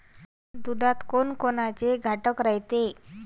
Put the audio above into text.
दुधात कोनकोनचे घटक रायते?